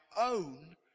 own